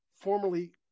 formerly